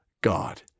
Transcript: God